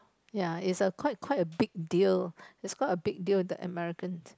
yeah is a quite quite a big deal is quite a big deal the Americans